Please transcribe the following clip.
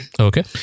Okay